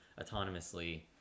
autonomously